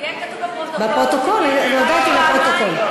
שיהיה כתוב בפרוטוקול שאני הצבעתי פעמיים,